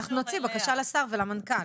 אנחנו נוציא בקשה לשר ולמנכ"ל.